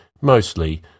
mostly